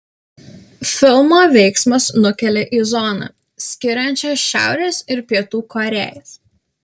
filmo veiksmas nukelia į zoną skiriančią šiaurės ir pietų korėjas